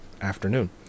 afternoon